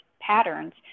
patterns